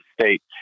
state